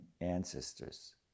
ancestors